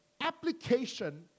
application